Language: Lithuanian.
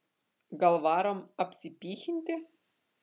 gal varom apsipychinti